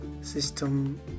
system